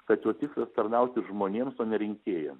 kad jo tikslas tarnauti žmonėms o ne rinkėjam